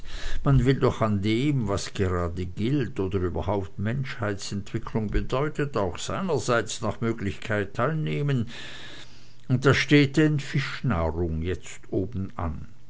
man will doch an dem was gerade gilt oder überhaupt menschheitsentwickelung bedeutet auch seinerseits nach möglichkeit teilnehmen und da steht denn fischnahrung jetzt obenan